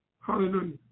Hallelujah